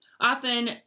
often